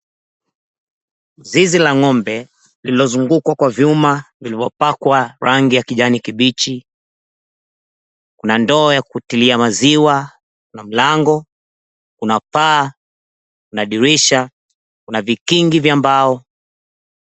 Zizi la ng'ombe lililozungukwa kwa vyuma vilivyopakwa rangi ya kijani kibichi, kuna ndoo ya kutilia maziwa, kuna mlango, kuna paa, dirisha, kuna vigingi vya mbao.